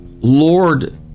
Lord